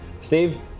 Steve